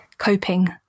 coping